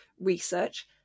research